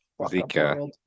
Zika